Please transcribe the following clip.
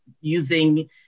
using